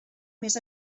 més